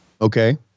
Okay